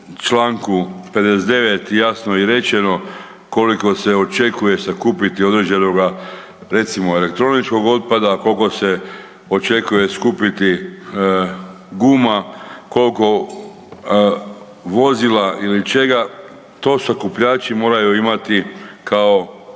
Članku 59. jasno i rečeno koliko se očekuje sakupiti određenoga recimo elektroničkog otpada, koliko se očekuje skupiti guma, koliko vozila ili čega, to sakupljači moraju imati kao